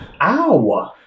ow